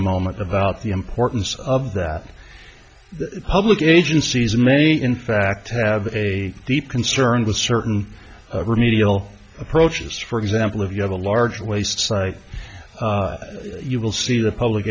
a moment about the importance of that public agencies may in fact have a deep concern with certain remedial approaches for example of you have a large waste site you will see the public